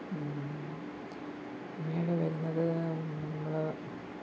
പിന്നീട് വരുന്നത് നമ്മൾ